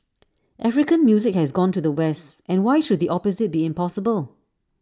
African music has gone to the west and why should the opposite be impossible